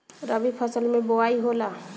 रबी फसल मे बोआई होला?